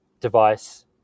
device